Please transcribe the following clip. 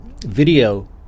video